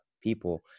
people